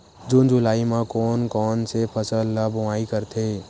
जून जुलाई म कोन कौन से फसल ल बोआई करथे?